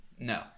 No